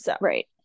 Right